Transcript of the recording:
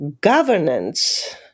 governance